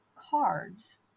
cards